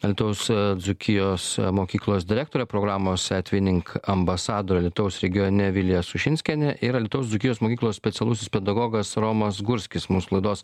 alytaus dzūkijos mokyklos direktorė programos etvinink ambasadorė alytaus regione vilija sušinskienė ir alytaus dzūkijos mokyklos specialusis pedagogas romas gurskis mūsų laidos